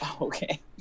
Okay